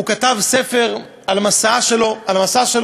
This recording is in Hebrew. הוא כתב ספר על המסע שלו.